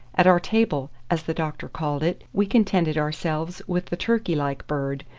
at our table, as the doctor called it, we contented ourselves with the turkey-like bird,